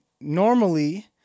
normally